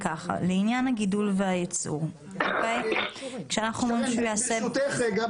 היא לעניין הגידול והייצור --- ברשותך רגע,